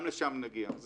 גם לשם נגיע.